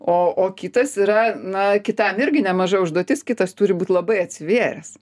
o o kitas yra na kitam irgi nemaža užduotis kitas turi būt labai atsivėręs